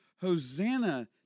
Hosanna